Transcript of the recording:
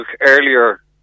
earlier